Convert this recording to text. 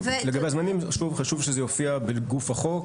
חשוב שזה יופיע בגוף החוק,